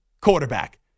quarterback